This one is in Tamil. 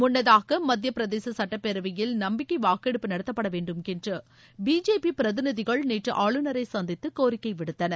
முன்னதாக மத்தியப்பிரதேசசட்டப்பேரவையில் நம்பிக்கைவாக்கெடுப்பு நடத்தப்படவேண்டுமென்றுபிஜேபிபிரதிநிதிகள் நேற்றுஆளுநரைசந்தித்தகோரிக்கைவிடுத்தனர்